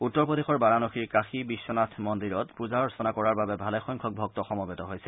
উত্তৰ প্ৰদেশৰ বাৰাণসীৰ কাশী বিখনাথ মন্দিৰত পূজা অৰ্চনা কৰাৰ বাবে ভালেসংখ্যক ভক্ত সমবেত হৈছে